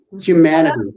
Humanity